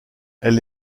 elle